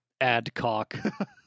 Adcock